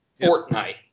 Fortnite